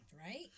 right